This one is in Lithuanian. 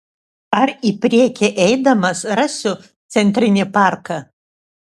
ar į priekį eidamas rasiu centrinį parką